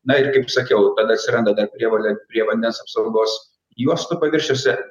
na ir kaip sakiau tada atsiranda dar prievolė prie vandens apsaugos juostų paviršiuose